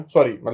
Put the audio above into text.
Sorry